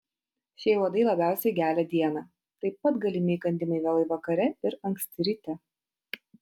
šie uodai labiausiai gelia dieną taip pat galimi įkandimai vėlai vakare ir anksti ryte